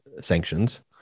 sanctions